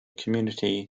community